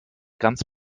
ganz